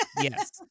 Yes